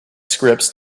scripts